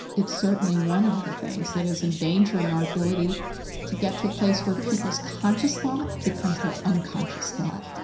it's certainly one of the things that is endangering our ability to get to a place where people's conscious thought becomes their unconscious thought.